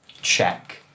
check